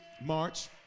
March